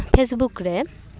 Facebook ᱨᱮ